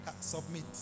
Submit